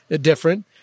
different